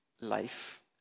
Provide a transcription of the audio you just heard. life